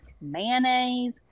mayonnaise